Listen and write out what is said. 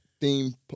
Theme